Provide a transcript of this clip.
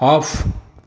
off